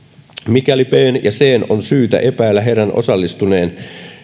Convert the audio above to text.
mikäli bn ja cn on syytä epäillä osallistuneen